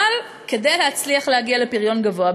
אבל כדי להצליח להגיע לפריון גבוה,